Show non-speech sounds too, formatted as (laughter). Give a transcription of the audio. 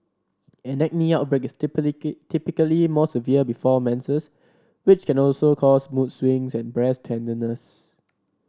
an acne outbreak is (unintelligible) typically more severe before menses which can also cause mood swings and breast tenderness